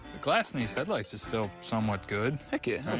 glass in these headlights is still somewhat good. heck yeah,